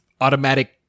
automatic